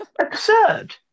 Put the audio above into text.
absurd